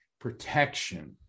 protection